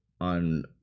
on